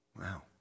Wow